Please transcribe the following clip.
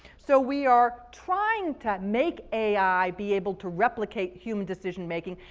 so we are trying to make ai be able to replicate human decision making,